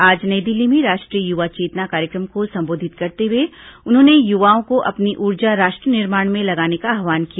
आज नई दिल्ली में राष्ट्रीय युवा चेतना कार्यक्रम को संबोधित करते हुए उन्होंने युवाओं को अपनी ऊर्जा राष्ट्र निर्माण में लगाने का आव्हान किया